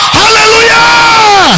hallelujah